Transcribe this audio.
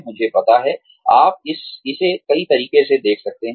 मुझे पता है आप इसे कई तरीकों से देख सकते हैं